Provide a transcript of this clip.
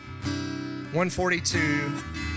142